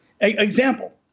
Example